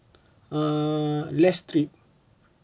err less trip